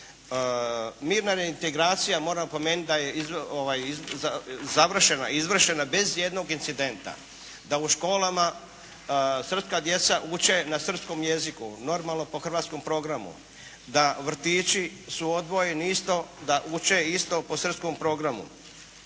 napomenuti da je izvršena bez jednog incidenta, da u školama srpska djeca uče na srpskom jeziku, normalno po hrvatskom programu, da vrtići su odvojeni isto, da uče isto po srpskom programu.